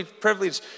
privilege